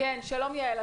שלום יעל.